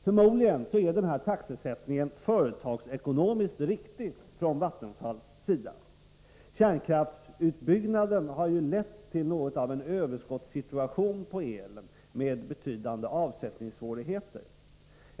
Förmodligen är den här taxesättningen företagsekonomiskt riktig, från Vattenfalls sida. Kärnkraftsutbyggnaden har lett till en situation där vi har överskott på el med betydande avsättningssvårigheter.